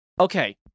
okay